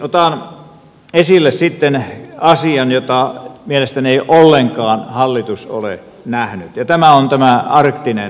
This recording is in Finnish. otan esille sitten asian jota mielestäni ei ollenkaan hallitus ole nähnyt ja tämä on tämä arktinen näkökulma